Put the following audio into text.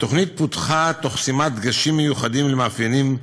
התוכנית פותחה תוך שימת דגשים מיוחדים על מאפיינים תרבותיים,